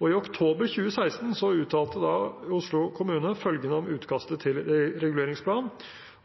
I oktober 2016 uttalte Oslo kommune følgende om utkastet til reguleringsplan: